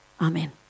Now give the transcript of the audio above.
Amen